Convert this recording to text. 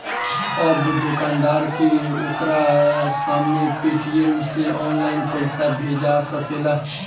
अब दोकानदार के ओकरा सामने पेटीएम से ऑनलाइन पइसा भेजा सकेला